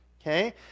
Okay